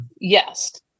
Yes